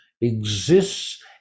exists